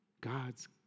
God's